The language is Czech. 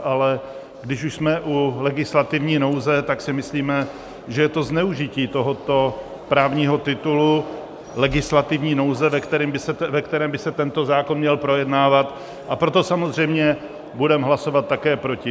Ale když už jsme u legislativní nouze, tak si myslíme, že je to zneužití tohoto právního titulu legislativní nouze, ve kterém by se tento zákon měl projednávat, a proto samozřejmě budeme hlasovat také proti.